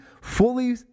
fully